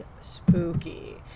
spooky